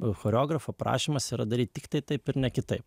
choreografo prašymas yra daryt tiktai taip ir ne kitaip